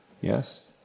Yes